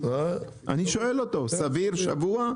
אני שואל אותו, סביר שבוע?